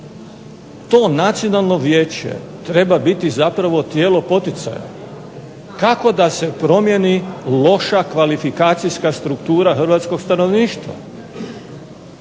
To nacionalno vijeće treba biti zapravo tijelo poticaja, kako da se promijeni loša kvalifikacijska struktura hrvatskog stanovništva,